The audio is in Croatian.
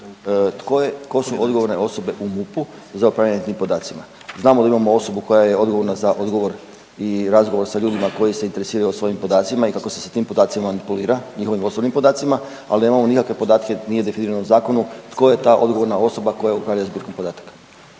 tko su odgovorne osobe u MUP-u za upravljanje tim podacima. Znamo da imamo osobu koja je odgovorna za odgovor i razgovor sa ljudima koji se interesiraju o svojim podacima i kako se sa tim podacima manipulira, njihovim osobnim podacima, ali nemamo nikakve podatke, nije definirano u zakonu tko je ta odgovorna osoba koja upravlja zbirkom podataka.